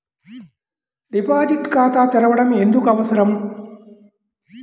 Deposit ఖాతా తెరవడం ఎందుకు అవసరం?